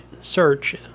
search